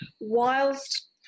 whilst